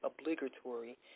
obligatory